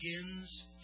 begins